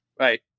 right